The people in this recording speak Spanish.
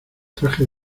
traje